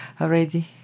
already